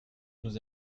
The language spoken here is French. nous